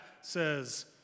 says